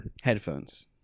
headphones